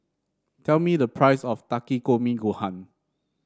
tell me the price of Takikomi Gohan